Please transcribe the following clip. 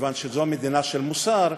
כיוון שזו מדינה של מוסר,